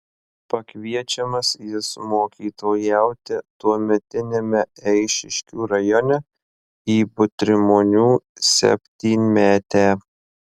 pakviečiamas jis mokytojauti tuometiniame eišiškių rajone į butrimonių septynmetę